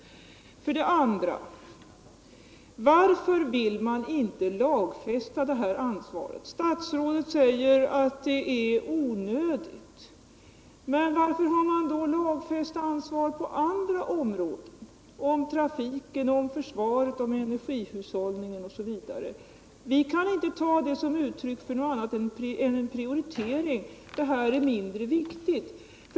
För det andra vill jag fråga varför man inte vill lagfästa ansvaret för boendemiljön. Statsrådet säger att det är onödigt. Men varför har man lagfäst ansvar på andra områden, t.ex. när det gäller trafiken, försvaret, energihushållning osv.? Vi kan inte ta det som ett uttryck för något annat än en prioritering, att man anser alt det här är mindre viktigt.